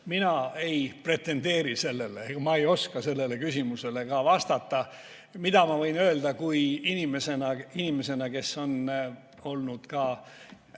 Mina ei pretendeeri sellele, ma ei oska sellele küsimusele ka vastata. Mida ma võin öelda inimesena, kes on olnud